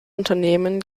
unternehmen